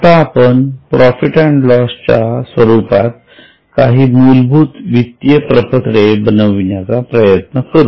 आता आपण profit and लॉसच्या स्वरूपात काही मूलभूत वित्तीय प्रपत्रे बनविण्याचा प्रयत्न करू